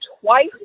twice